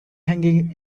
hanging